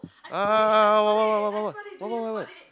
ah what what what what what what